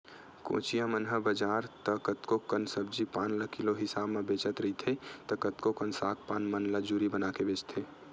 कोचिया मन ह बजार त कतको कन सब्जी पान ल किलो हिसाब म बेचत रहिथे त कतको कन साग पान मन ल जूरी बनाके बेंचथे